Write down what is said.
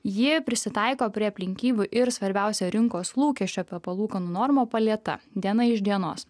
ji prisitaiko prie aplinkybių ir svarbiausia rinkos lūkesčių apie palūkanų normų palieta diena iš dienos